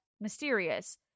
mysterious